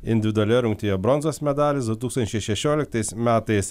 individualioje rungtyje bronzos medalis du tūkstančiai šešioliktais metais